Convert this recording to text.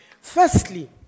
Firstly